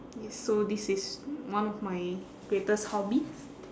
yes so this is one of my greatest hobby